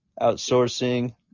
outsourcing